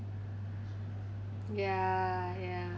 ya ya